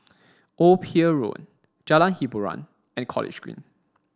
Old Pier Road Jalan Hiboran and College Green